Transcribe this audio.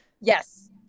Yes